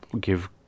give